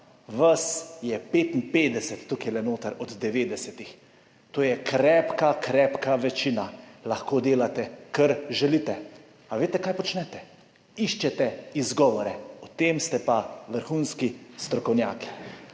Vas je 55 tukaj noter od 90. To je krepka, krepka večina, lahko delate, kar želite. Ali veste, kaj počnete? Iščete izgovore, o tem ste pa vrhunski strokovnjaki.